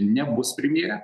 nebus premjere